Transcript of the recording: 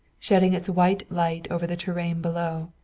shedding its white light over the terrain below.